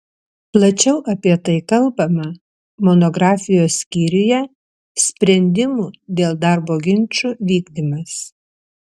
plačiau apie tai kalbama monografijos skyriuje sprendimų dėl darbo ginčų vykdymas